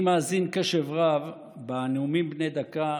אני מאזין בקשב רב לנאומים בני דקה.